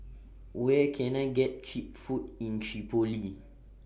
Where Can I get Cheap Food in Tripoli